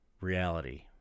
reality